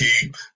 keep